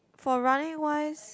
for running wise